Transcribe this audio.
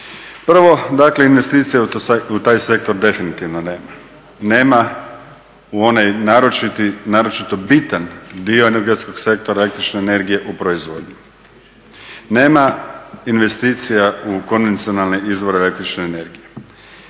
Prvo investicije u taj sektor definitivno nema, nema u onaj naročito bitan dio energetskog sektora el.energije u proizvodnju, nema investicija u konvencionalne izvore el.energije.